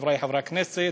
חברי חברי הכנסת,